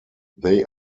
they